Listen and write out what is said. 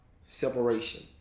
separation